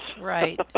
Right